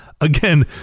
again